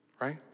right